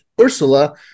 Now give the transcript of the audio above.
Ursula